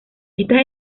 estas